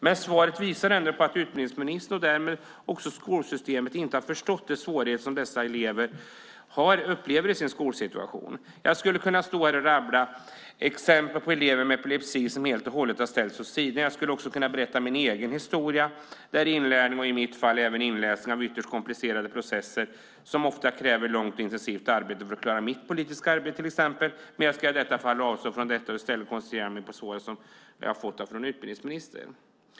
Men svaret visar att skolministern och därmed skolsystemet inte har förstått de svårigheter som dessa elever upplever i sin skolsituation. Jag skulle kunna stå här och rabbla exempel på elever med epilepsi som helt och hållet har ställts åt sidan. Jag skulle också kunna berätta min egen historia om hur inlärning och inläsning av komplicerade processer ofta kräver långt och intensivt arbete för att till exempel klara mitt politiska arbete. Men jag ska avstå från det och i stället koncentrera mig på svaret som jag har fått av utbildningsministern.